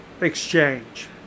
exchange